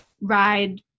ride